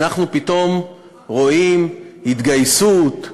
אנחנו פתאום רואים התגייסות,